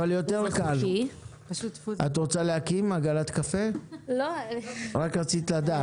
את רוצה להקים עגלת קפה או שרק רצית לדעת?